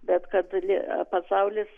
bet kad lie pasaulis